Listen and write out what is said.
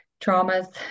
traumas